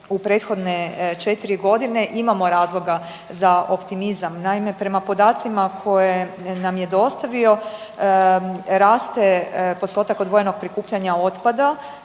u prethodne 4.g. imamo razloga za optimizam. Naime, prema podacima koje nam je dostavio raste postotak odvojenog prikupljanja otpada